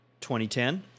2010